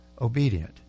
obedient